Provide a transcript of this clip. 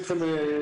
שלום לכולם.